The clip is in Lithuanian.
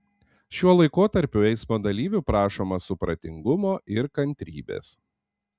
šiuo laikotarpiu eismo dalyvių prašoma supratingumo ir kantrybės